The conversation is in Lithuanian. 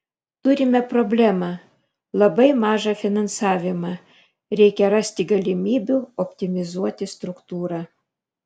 turime problemą labai mažą finansavimą reikia rasti galimybių optimizuoti struktūrą